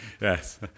Yes